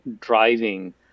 driving